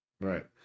Right